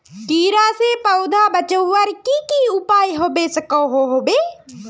कीड़ा से पौधा बचवार की की उपाय होबे सकोहो होबे?